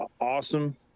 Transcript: awesome